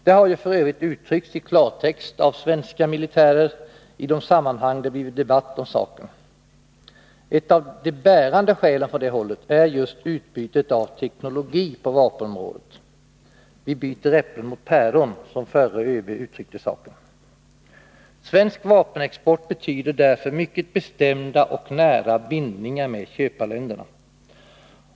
Det har f. ö. uttryckts i klartext av svenska militärer i de sammanhang då det blivit debatt om saken. Ett av de bärande skälen från det hållet är just utbytet av teknologi på vapenområdet. ”Vi byter äpplen mot päron”, som den förre ÖB uttryckte saken. Svensk vapenexport betyder därför mycket bestämda och nära bindningar med köparländerna.